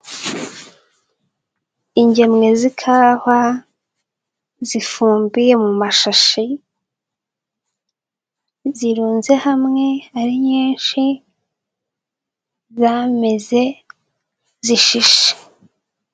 Ingemwe z'ikawa zifumbiye mu mashashi, zirunze hamwe ari nyinshi zameze zishishe.